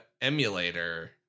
emulator